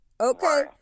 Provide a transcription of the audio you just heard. okay